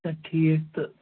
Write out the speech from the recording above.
اچھا ٹھیٖک تہٕ